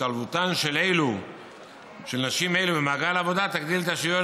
השתלבותן של נשים אלו במעגל העבודה תגדיל את השוויון